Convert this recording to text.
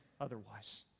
otherwise